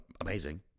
amazing